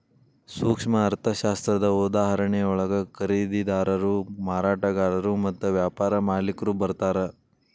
ಸೂಕ್ಷ್ಮ ಅರ್ಥಶಾಸ್ತ್ರದ ಉದಾಹರಣೆಯೊಳಗ ಖರೇದಿದಾರರು ಮಾರಾಟಗಾರರು ಮತ್ತ ವ್ಯಾಪಾರ ಮಾಲಿಕ್ರು ಬರ್ತಾರಾ